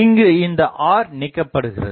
இங்கு இந்த r நீக்கப்படுகிறது